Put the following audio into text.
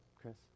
Chris